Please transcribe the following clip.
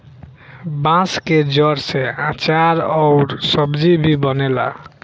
बांस के जड़ से आचार अउर सब्जी भी बनेला